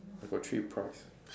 they got three price